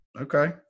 okay